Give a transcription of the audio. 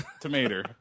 Tomato